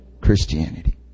Christianity